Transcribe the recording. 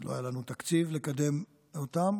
ולא היה לנו תקציב לקדם אותם,